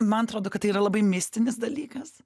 man atrodo kad tai yra labai mistinis dalykas